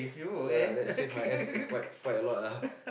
ya lah that's save my ass quite quite a lot ah